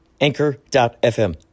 Anchor.fm